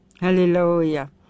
hallelujah